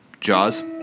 Jaws